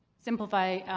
simplify, ah,